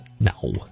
no